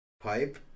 Pipe